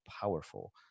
powerful